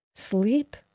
sleep